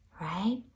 right